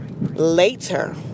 later